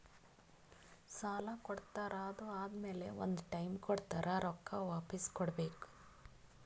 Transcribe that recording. ಸಾಲಾ ಕೊಡ್ತಾರ್ ಅದು ಆದಮ್ಯಾಲ ಒಂದ್ ಟೈಮ್ ಕೊಡ್ತಾರ್ ರೊಕ್ಕಾ ವಾಪಿಸ್ ಕೊಡ್ಬೇಕ್